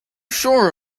sure